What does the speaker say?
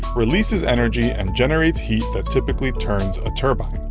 releases energy and generates heat that typically turns a turbine.